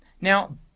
Now